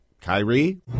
Kyrie